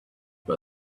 but